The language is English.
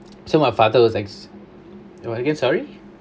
so my father was ex~ what again sorry